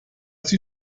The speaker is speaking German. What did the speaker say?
sie